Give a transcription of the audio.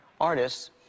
artists